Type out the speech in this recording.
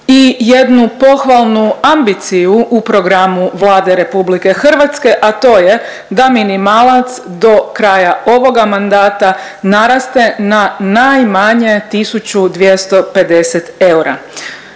i jednu pohvalnu ambiciju u programu Vlade RH, a to je da minimalac do kraja ovoga mandata naraste na najmanje 1.250 eura.